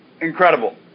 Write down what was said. Incredible